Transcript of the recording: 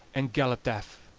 and galloped aff.